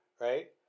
right